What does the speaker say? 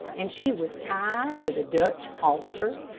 and she was tied with a dutch halter,